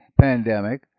pandemic